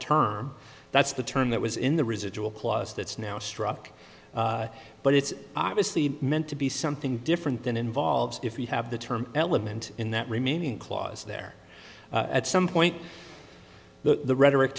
term that's the term that was in the residual clause that's now struck but it's obviously meant to be something different than involves if you have the term element in that remaining clause there at some point the rhetoric